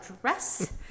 dress